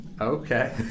Okay